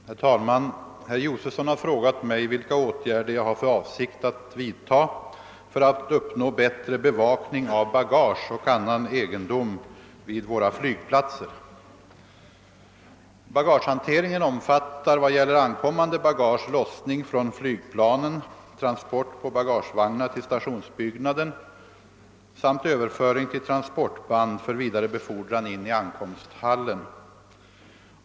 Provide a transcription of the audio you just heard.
Herr talman! Herr Josefson i Arrie har frågat mig vilka åtgärder jag har för avsikt att vidta för att uppnå bättre bevakning av bagage och annan egendom vid våra flygplatser. Bagagehanteringen omfattar — vad gäller ankommande bagage — lossning från flygplanen, transport på bagagevagnar till stationsbyggnaden samt överföring till transportband för vidare befordran in i ankomsthallen.